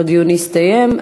הדיון הסתיים.